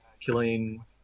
killing